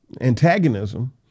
antagonism